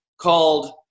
called